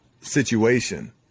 situation